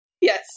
Yes